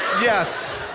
Yes